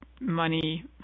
money